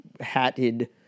hatted